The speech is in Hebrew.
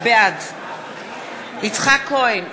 בעד יצחק כהן,